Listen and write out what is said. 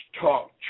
talk